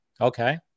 Okay